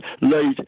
late